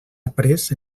aprés